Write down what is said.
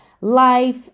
life